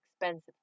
expensive